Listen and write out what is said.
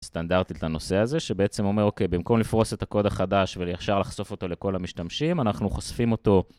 סטנדרטית לנושא הזה שבעצם אומר אוקיי במקום לפרוס את הקוד החדש וישר לחשוף אותו לכל המשתמשים אנחנו חושפים אותו